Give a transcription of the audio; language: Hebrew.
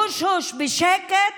הוש-הוש, בשקט,